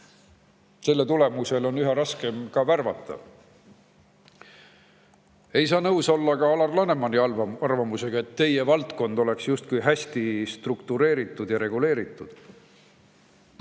selle tulemusel on üha raskem ka värvata. Ei saa nõus olla ka Alar Lanemani arvamusega, et teie valdkond oleks justkui hästi struktureeritud ja reguleeritud.